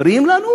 אומרים לנו: